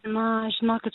na žinokit